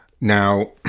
Now